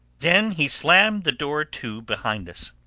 then he slammed the door to behind us.